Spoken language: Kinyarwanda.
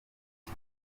the